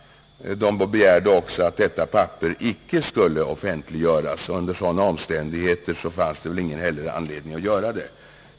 Det begärdes också att detta papper icke skulle offentliggöras, och under sådana omständigheter finns det heller ingen anledning att göra det.